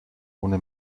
ohne